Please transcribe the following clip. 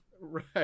Right